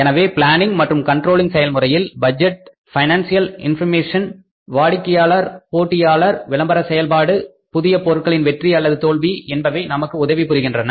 எனவே பிளானிங் மற்றும் கண்ட்ரோலிங் செயல்முறையில் பட்ஜெட் பைனான்சியல் இன்பர்மேஷன் வாடிக்கையாளர் போட்டியாளர்கள் விளம்பர செயல்பாடு புதிய பொருட்களின் வெற்றி அல்லது தோல்வி என்பவை நமக்கு உதவிபுரிகின்றன